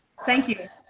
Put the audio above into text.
thank you.